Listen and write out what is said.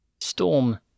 storm